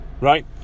right